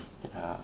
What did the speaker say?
ya